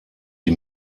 die